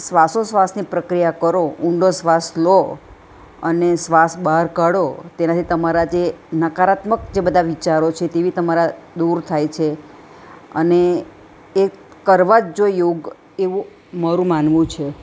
શ્વાસોશ્વાસની પ્રક્રિયા કરો ઊંડો શ્વાસ લો અને શ્વાસ બહાર કાઢો તેનાથી તમારા જે નકારાત્મક જે બધા વિચારો છે તે બી તમારા દૂર થાય છે અને એક કરવા જ જોઈએ યોગ એવો મારું માનવું છે